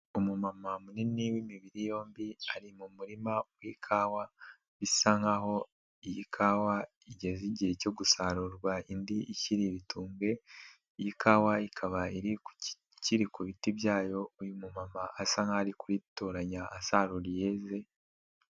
Umumama munini w'imibiri yombi ari mu murima w'ikawa bisa nkaho iyi kawa igeze igihe cyo gusarurwa indi ikira ibitumbe, iyi kawa ikaba ikiri ku biti byayo uyu mumama asa nkho ari kuyitoranya asarura iyeze.